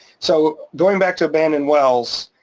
so going back to abandoned wells,